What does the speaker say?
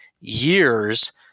years